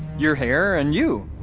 your hair, and you.